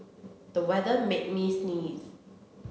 the weather made me sneeze